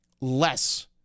less